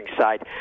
side